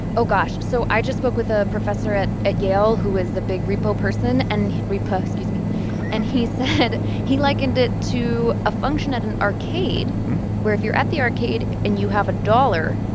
oh, gosh. so i just spoke with a professor at at yale who is a big repo person and repa excuse me and he said he likened it to a function at an arcade where, if you're at the arcade and you have a dollar,